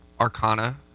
arcana